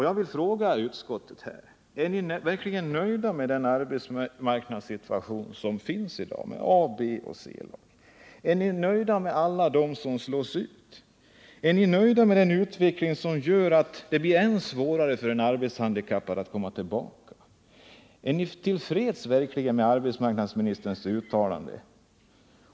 Jag vill fråga utskottet: Är ni verkligen nöjda med den arbetsmarknadssituation som finns i dag med A-, B och C-lag? Är ni nöjda med alla som slås ut? Är ni nöjda med en utveckling som gör att det blir än svårare för en arbetshandikappad att komma tillbaka? Är ni till freds med arbetsmarknadsministerns uttalande?